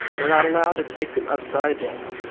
we're not allowed to take them upside down,